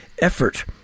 effort